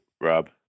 Rob